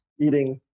eating